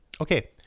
Okay